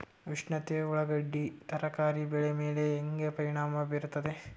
ಉಷ್ಣತೆ ಉಳ್ಳಾಗಡ್ಡಿ ತರಕಾರಿ ಬೆಳೆ ಮೇಲೆ ಹೇಂಗ ಪರಿಣಾಮ ಬೀರತದ?